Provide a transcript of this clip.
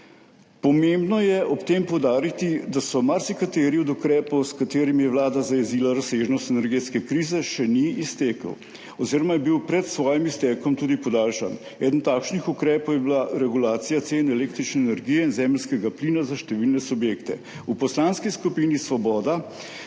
Pomembno je ob tem poudariti, da se marsikateri od ukrepov, s katerimi je Vlada zajezila razsežnost energetske krize, še ni iztekel oziroma je bil pred svojim iztekom tudi podaljšan. Eden takšnih ukrepov je bila regulacija cen električne energije in zemeljskega plina za številne subjekte. V Poslanski skupini Svoboda